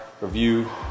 review